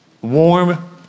warm